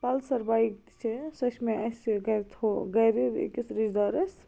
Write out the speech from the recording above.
Pulsar bike تہِ چھِ سۄ چھِ مےٚ اَسہِ گَرِ تھو گَرِ أکِس رشتہٕ دارس